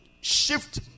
shift